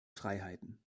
freiheiten